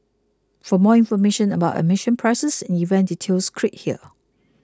for more information about admission prices and event details click here